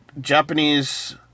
Japanese